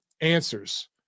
answers